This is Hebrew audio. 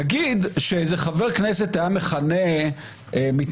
נגיד שאיזה חבר כנסת היה מכנה מתנחלים